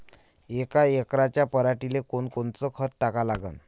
यका एकराच्या पराटीले कोनकोनचं खत टाका लागन?